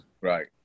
Right